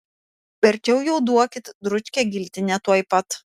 verčiau jau duokit dručkę giltinę tuoj pat